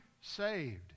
saved